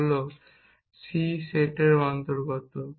তা হল c এই সেটের অন্তর্গত